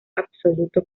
absoluto